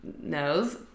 knows